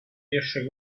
riesce